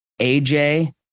AJ